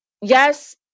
yes